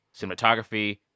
cinematography